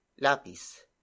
lapis